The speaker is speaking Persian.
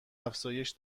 افزایش